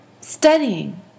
studying